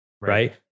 right